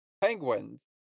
Penguins